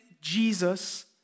Jesus